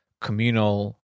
communal